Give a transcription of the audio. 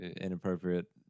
inappropriate